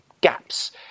gaps